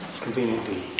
conveniently